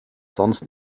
sonst